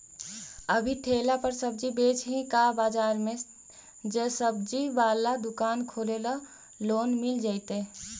अभी ठेला पर सब्जी बेच ही का बाजार में ज्सबजी बाला दुकान खोले ल लोन मिल जईतै?